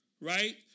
right